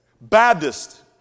Baptist